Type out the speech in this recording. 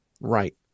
Right